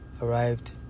arrived